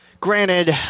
Granted